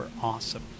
Awesome